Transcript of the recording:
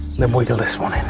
then wiggle this one